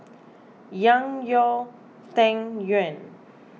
Yang your Tang Yuen